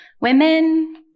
women